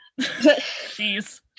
Jeez